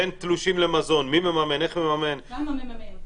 כן תלושים למזון, מי מממן, איך מממן, כמה מממן.